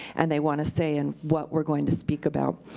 and they want a say in what we're going to speak about.